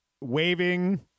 waving